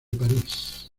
parís